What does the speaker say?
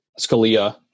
scalia